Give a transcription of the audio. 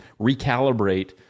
recalibrate